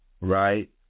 Right